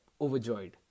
overjoyed